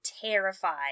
terrified